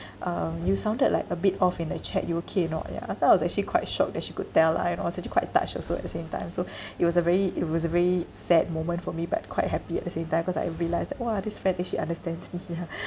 um you sounded like a bit off in the chat you okay or not ya so I was actually quite shocked that she could tell lah you know I was actually quite touched also at the same time so it was a very it was a very sad moment for me but quite happy at the same time cause I realised that !wah! this friend eh she understands me yeah